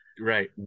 right